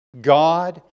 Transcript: God